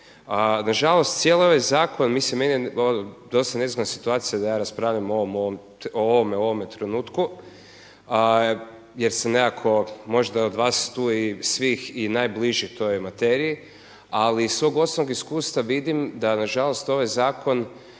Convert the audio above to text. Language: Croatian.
Nažalost cijeli ovaj zakon, mislim meni je dosta nezgodna situacija da ja raspravljam o ovome u ovom trenutku jer sam nekako možda od vas tu i svih i najbliži toj materiji ali iz svog osobnog iskustva vidim da na žalost ovaj zakon